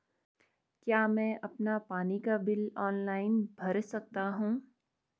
क्या मैं अपना पानी का बिल ऑनलाइन भर सकता हूँ?